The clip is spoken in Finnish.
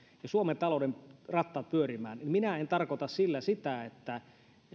ja suomen talouden rattaat pyörimään niin minä en tarkoittanut sillä sitä että